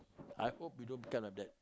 I hope you don't become like that